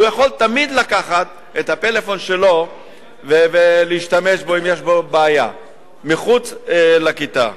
והוא יכול תמיד לקחת את הפלאפון שלו ולהשתמש בו מחוץ לכיתה.